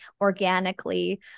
organically